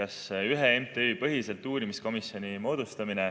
kas ühe MTÜ põhiselt uurimiskomisjoni moodustamine